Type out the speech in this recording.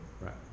Right